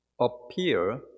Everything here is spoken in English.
appear